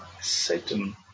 Satan